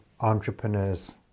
entrepreneurs